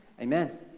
amen